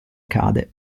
cade